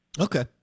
Okay